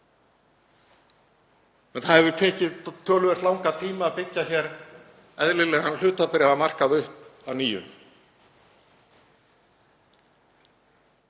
Það hefur tekið töluvert langan tíma að byggja eðlilegan hlutabréfamarkað upp að nýju.